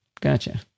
Gotcha